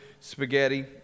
spaghetti